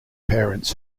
parents